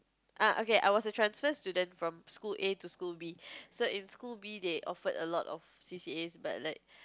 ah okay I was a transfer student from school A to school B so in school B they offered a lot of C_C_As but like